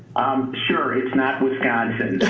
sure, it's not wisconsin.